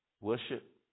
worship